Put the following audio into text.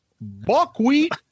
buckwheat